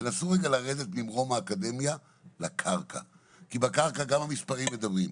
תנסו רגע לרדת ממרום האקדמיה לקרקע כי בקרקע גם המספרים מדברים.